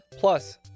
Plus